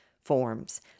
forms